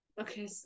okay